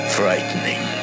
frightening